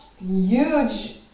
huge